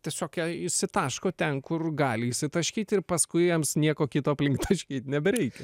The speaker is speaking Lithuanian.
tiesiog išsitaško ten kur gali išsitaškyt ir paskui jiems nieko kito aplink taškyt nebereikia